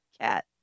Cat